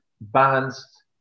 balanced